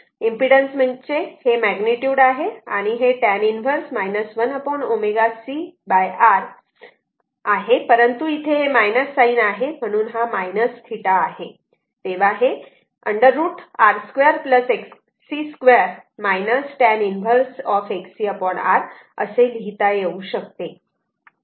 आणि इम्पीडन्स म्हणजे हे मॅग्नेट आहे आणि हे tan 1 1 ω cR आहे परंतु इथे हे मायनस साइन आहे म्हणून हा θ आहे तेव्हा हे √ R 2 Xc 2 tan 1 Xc R असे लिहिता येऊ शकते